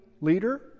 leader